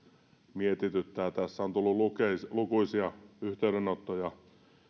mietityttää tässä erityisesti se kun on tullut lukuisia yhteydenottoja